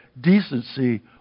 decency